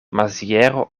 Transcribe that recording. maziero